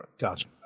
Gotcha